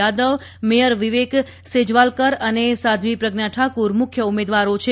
Yadav mayor Vivek Sejwalkar અને સાધ્વી પ્રજ્ઞા ઠાકુર મુખ્ય ઉમેદવારો છે